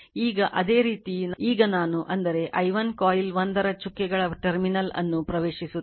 ಈಗ ಅದೇ ರೀತಿ ಈಗ ನಾನು ಅಂದರೆ i1 ಕಾಯಿಲ್ 1 ರ ಚುಕ್ಕೆಗಳ ಟರ್ಮಿನಲ್ ಅನ್ನು ಪ್ರವೇಶಿಸುತ್ತದೆ